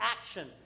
action